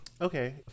Okay